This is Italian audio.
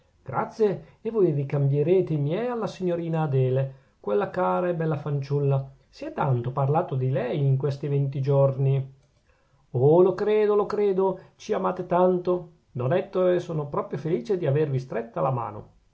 grazie e voi ricambierete i miei alla signorina adele quella cara e bella fanciulla si è tanto parlato di lei in questi venti giorni oh lo credo lo credo ci amate tanto don ettore son proprio felice di avervi stretta la mano